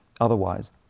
otherwise